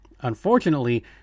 Unfortunately